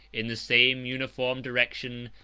in the same uniform direction,